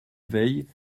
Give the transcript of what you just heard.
veille